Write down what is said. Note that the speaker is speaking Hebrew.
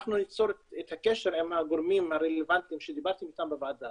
אנחנו ניצור את הקשר עם הגורמים הרלוונטיים שדיברתם איתם בוועדה